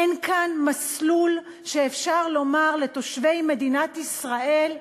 אין כאן מסלול שאפשר לומר לתושבי מדינת ישראל: